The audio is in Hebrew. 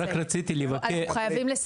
רק רציתי לבקש,